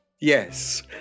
Yes